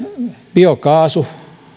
biokaasu